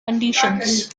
conditions